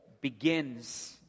begins